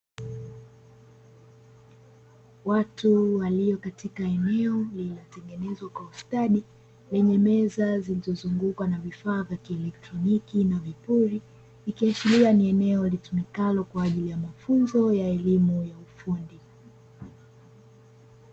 Watu walio katika eneo lilitengenezwa kwa ustadi yenye meza zilizozungukwa na vifaa vya kielektroniki, na vipuri ikiashiria ni eneo litumikalo kwa ajili ya mafunzo ya elimu ya ufundi.